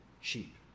sheep